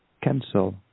cancel